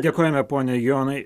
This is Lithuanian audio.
dėkojame pone jonai